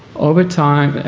over time,